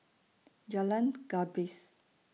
Jalan Gapis